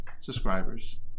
Subscribers